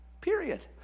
Period